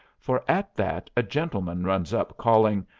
for at that a gentleman runs up, calling,